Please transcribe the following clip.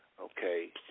Okay